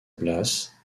place